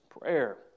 prayer